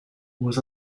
was